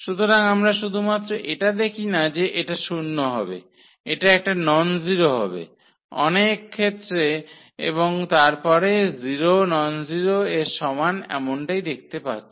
সুতরাং আমরা শুধুমাত্র এটা দেখি না যে এটা শূন্য হবে এটা একটা নন জিরো হবে অনেক ক্ষেত্রে এবং তারপরে জিরো নন জিরো এর সমান এমনটাই আমরা পাচ্ছি